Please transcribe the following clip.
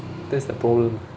that's the problem